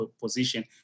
position